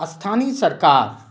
स्थानीय सरकार